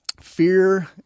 fear